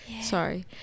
sorry